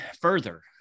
further